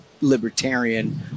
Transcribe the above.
libertarian